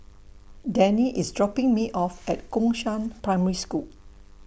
Dannie IS dropping Me off At Gongshang Primary School